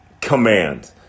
command